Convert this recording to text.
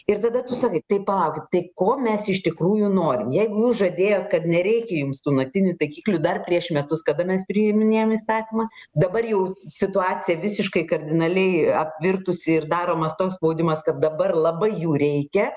ir tada tu sakai tai palaukit tai ko mes iš tikrųjų norim jeigu jūs žadėjot kad nereikia jums tų naktinių taikiklių dar prieš metus kada mes priiminėjom įstatymą dabar jau situacija visiškai kardinaliai apvirtusi ir daromas toks spaudimas kad dabar labai jų reikia